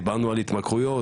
דיברנו גם על התמכרויות,